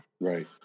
Right